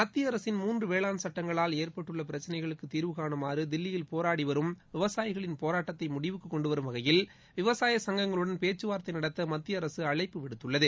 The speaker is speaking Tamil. மத்திய அரசின் மூன்று வேளாண் சட்டங்களுக்கு எதிராக தில்லியில் போராடி வரும் விவசாயிகளின் போராட்டத்தை முடிவுக்கு கொண்டு வரும் வகையில் விவசாய சங்கங்களுடன் பேச்சுவார்த்தை நடத்த மத்திய அரசு அழைப்பு விடுத்துள்ளது